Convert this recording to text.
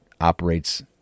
operates